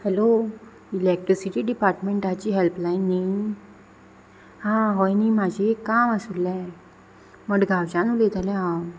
hello electricity डिपार्टमँटाची helpline न्ही हा होय न्ही म्हजें एक काम आसुल्लें मडगांवच्यान उलयतालें हांव